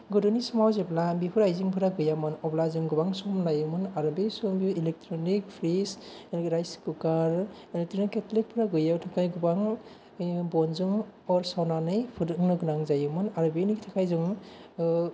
गोदोनि समाव जेब्ला बेफोर आयजेंफ्रा गैयामोन अब्ला जों गोबां सम लायोमोन आरो बे समनि इलेक्ट्रनिक फ्रिज राइस कुकार आरो बिदिनो केथ्लिफ्रा गोयै याव थाखाय गोबां बनजों अर सावनानै फुदुंनो गोनां जायोमोन आरो बेनि थाखाय जों